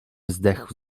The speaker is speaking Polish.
zdechł